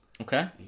Okay